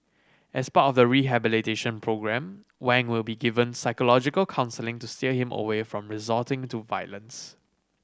as part of the rehabilitation programme Wang will be given psychological counselling to steer him away from resorting to violence